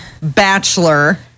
bachelor